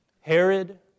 Herod